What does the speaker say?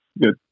good